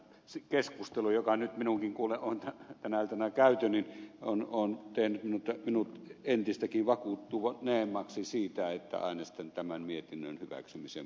tämä keskustelu joka nyt minunkin kuullen on tänä iltana käyty on tehnyt minut entistäkin vakuuttuneemmaksi siitä että äänestän tämän mietinnön hyväksymisen puolesta